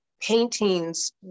paintings